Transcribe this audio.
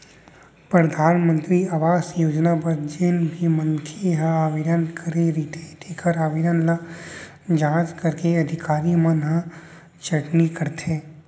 परधानमंतरी आवास योजना बर जेन भी मनखे ह आवेदन करे रहिथे तेखर आवेदन ल जांच करके अधिकारी मन ह छटनी करथे